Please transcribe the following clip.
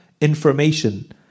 information